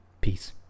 Peace